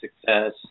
success